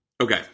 Okay